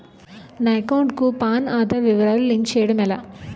నా అకౌంట్ కు పాన్, ఆధార్ వివరాలు లింక్ చేయటం ఎలా?